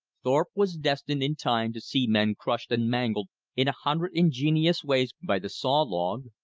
thorpe was destined in time to see men crushed and mangled in a hundred ingenious ways by the saw log,